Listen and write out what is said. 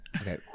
Okay